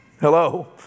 Hello